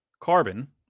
carbon